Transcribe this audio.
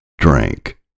Drink